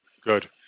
Good